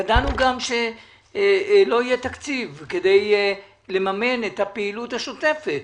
ידענו גם שלא יהיה תקציב כדי לממן את הפעילות השוטפת